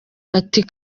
ati